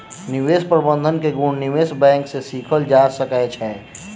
निवेश प्रबंधन के गुण निवेश बैंक सॅ सीखल जा सकै छै